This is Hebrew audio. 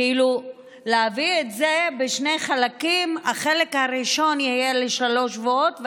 כאילו להביא את זה בשני חלקים: החלק הראשון יהיה לשלושה שבועות,